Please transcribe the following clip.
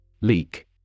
Leak